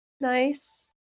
nice